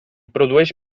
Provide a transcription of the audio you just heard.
produeix